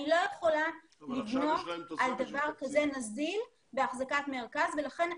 אני לא יכולה לבנות על דבר כזה נזיל בהחזקת מרכז ולכן,